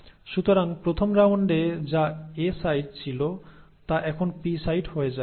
সুতরাং প্রথম রাউন্ডে যা এ সাইট ছিল তা এখন পি সাইট হয়ে যায়